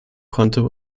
konto